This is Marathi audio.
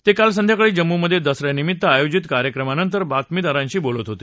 ते काल संध्याकाळी जम्मूमध्ये दसऱ्यानिमित्त आयोजित कार्यक्रमानंतर बातमीदारांशी बोलत होते